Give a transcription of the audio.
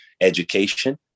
education